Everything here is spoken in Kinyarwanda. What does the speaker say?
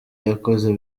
yakoze